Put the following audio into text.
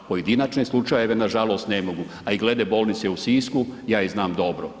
Pojedinačne slučajeve nažalost ne mogu, a i glede bolnice u Sisku ja je znam dobro.